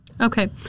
Okay